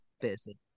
busy